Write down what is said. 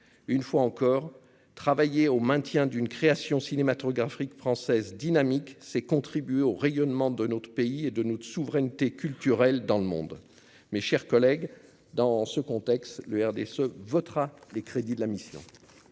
une fois encore travailler au maintien d'une création cinématographique française dynamique, c'est contribuer au rayonnement de notre pays et de notre souveraineté culturelle dans le monde, mes chers collègues, dans ce contexte, le RDSE votera les crédits de la mission.